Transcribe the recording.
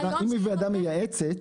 אם היא ועדה מייעצת,